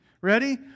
Ready